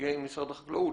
נציגי משרד החקלאות,